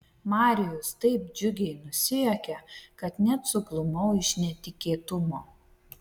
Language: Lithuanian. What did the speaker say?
marijus taip džiugiai nusijuokė kad net suglumau iš netikėtumo